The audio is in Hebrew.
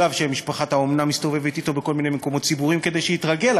שלב שמשפחת האומנה מסתובבת אתו בכל מיני מקומות ציבוריים כדי שיתרגל,